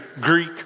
Greek